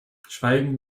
schweigend